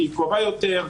כי היא קרובה יותר,